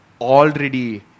already